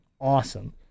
awesome